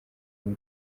muri